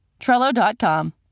Trello.com